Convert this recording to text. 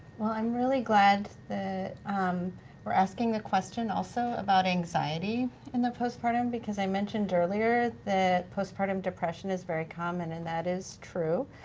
well, i'm really glad that um we're asking a question also about anxiety in the postpartum, because i mentioned earlier that postpartum depression is very common. and that is true.